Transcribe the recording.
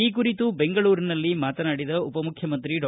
ಈ ಕುರಿತು ಬೆಂಗಳೂರಿನಲ್ಲಿ ಮಾತನಾಡಿದ ಉಪ ಮುಖ್ಯಮಂತ್ರಿ ಡಾ